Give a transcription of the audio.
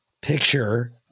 picture